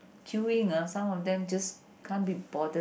queuing ah some of them just can't be bothered